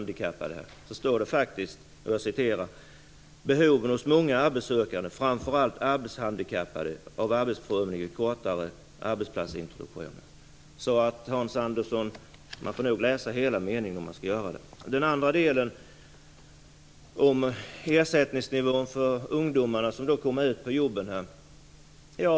Där står det: "behoven hos många arbetssökande, framför allt arbetshandikappade, av arbetsprövning i form av kortare arbetsplatsintroduktion." Man får nog läsa hela meningen, Hans Andersson. Sedan gällde det frågan om varför vi sänkte ersättningsnivån för ungdomar som kommer ut på jobb.